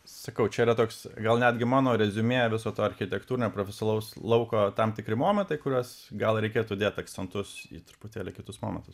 sakau čia yra toks gal netgi mano reziumė viso to architektūrinio profesiolaus lauko tam tikri momentai kuriuos gal reikėtų dėt akcentus į truputėlį kitus momentus